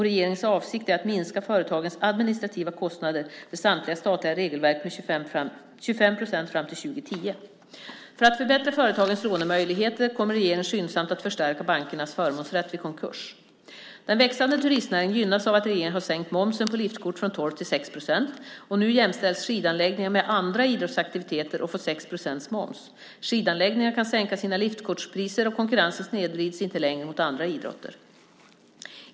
Regeringens avsikt är att minska företagens administrativa kostnader för samtliga statliga regelverk med 25 procent fram till 2010. För att förbättra företagens lånemöjligheter kommer regeringen skyndsamt att förstärka bankernas förmånsrätt vid konkurs. Den växande turistnäringen gynnas av att regeringen har sänkt momsen på liftkort från 12 till 6 procent. Nu jämställs skidanläggningar med andra idrottsaktiviteter och får 6 procents moms. Skidanläggningarna kan sänka sina liftkortspriser och konkurrensen snedvrids inte längre mot andra idrotter.